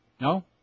No